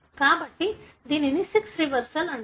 కాబట్టి దీనిని sex reversal అంటారు